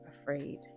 afraid